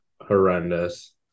horrendous